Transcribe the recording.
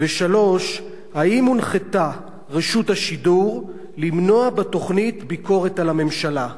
3. האם הונחתה רשות השידור למנוע בתוכנית ביקורת על הממשלה?